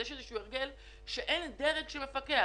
יש איזה הרגל שאין דרג שמפקח,